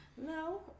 No